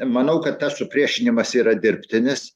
manau kad tas supriešinimas yra dirbtinis